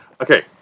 Okay